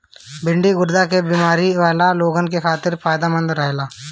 भिन्डी गुर्दा के बेमारी वाला लोगन खातिर फायदमंद रहेला